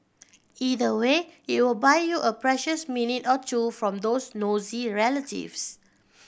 either way it will buy you a precious minute or two from those nosy relatives